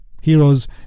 heroes